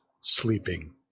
sleeping